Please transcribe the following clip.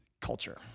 culture